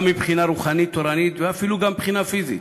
גם מבחינה רוחנית-תורנית ואפילו גם מבחינה פיזית,